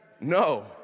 No